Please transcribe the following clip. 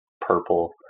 purple